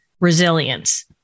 resilience